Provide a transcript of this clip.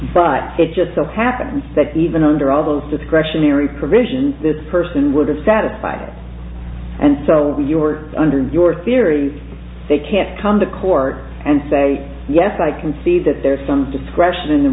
but it just so happens that even under all those discretionary provisions this person would have satisfied and so you are under your theory they can't come to court and say yes i can see that there's some discretion in the